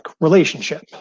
relationship